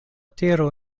tero